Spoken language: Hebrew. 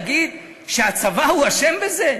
שהצבא אשם בזה?